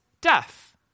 death